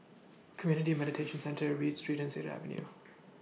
Community Mediation Centre Read Street Cedar Avenue